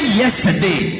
yesterday